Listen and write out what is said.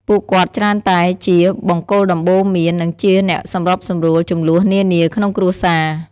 ពួកគាត់ច្រើនតែជា បង្គោលដំបូន្មាន និងជាអ្នកសម្របសម្រួល ជម្លោះនានាក្នុងគ្រួសារ។